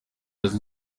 azwi